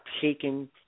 taken